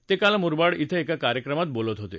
ते काल मुरबाड िंग एका कार्यक्रमात बोलत होते